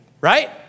right